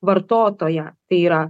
vartotoją tai yra